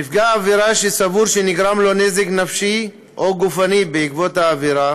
נפגע עבירה שסבור שנגרם לו נזק נפשי או גופני בעקבות העבירה